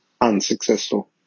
unsuccessful